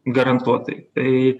garantuotai tai